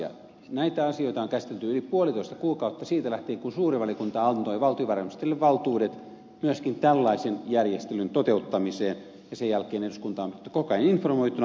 näitä asioita on käsitelty yli puolitoista kuukautta siitä lähtien kun suuri valiokunta antoi valtiovarainministerille valtuudet myöskin tällaisen järjestelyn toteuttamiseen ja sen jälkeen eduskuntaa on pidetty koko ajan informoituna